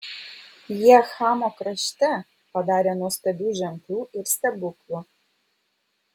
jie chamo krašte padarė nuostabių ženklų ir stebuklų